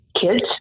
kids